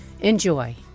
Enjoy